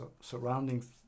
surroundings